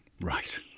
Right